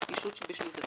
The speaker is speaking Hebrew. שסווגה כישות פסיבית,